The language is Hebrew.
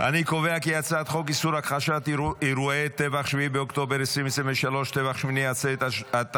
חוק איסור הכחשת אירועי טבח 7 באוקטובר 2023 (טבח שמיני עצרת),